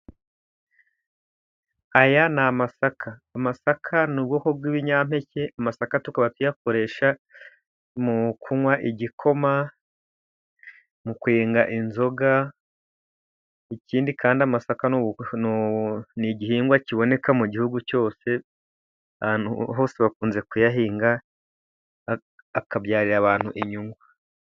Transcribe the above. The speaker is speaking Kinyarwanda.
Aya ni amasaka amasaka ni ubwoko bw'ibinyampeke, amasaka tukaba tuyakoresha mu kunywa igikoma, mu kwenga inzoga ikindi kandi amasaka ni igihingwa kiboneka mu gihugu cyose, ahantu hose bakunze kuyahinga akabyarira abantu inyungu.